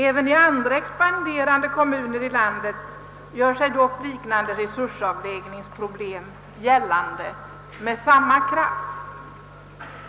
Även i andra expanderande kommuner i landet gör sig dock liknande resursavvägningsproblem gällande med samma kraft.